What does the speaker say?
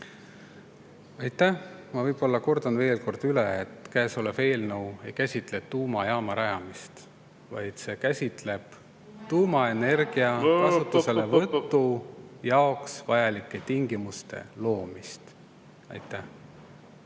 Aitäh! Ma kordan veel kord üle, et käesolev eelnõu ei käsitle tuumajaama rajamist, vaid see käsitleb tuumaenergia kasutuselevõtu jaoks vajalike tingimuste loomist. Aitäh!